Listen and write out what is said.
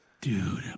Dude